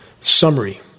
Summary